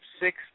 six